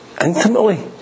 intimately